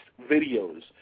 videos